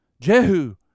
Jehu